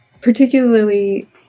particularly